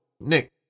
Nick